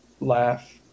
Laugh